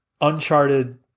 Uncharted